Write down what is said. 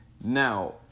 now